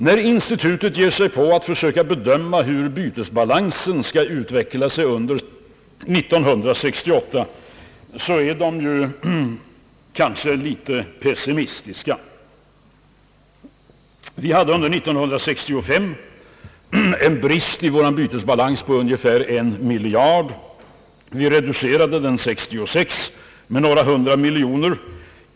När institutet ger sig på att försöka bedöma hur bytesbalansen kommer att utvecklas under år 1968 är man från institutets sida kanske litet pessimistisk. Vi hade under år 1965 en brist i vår bytesbalans på ungefär en miljard kronor. Vi reducerade den år 1966 med några hundra miljoner kronor.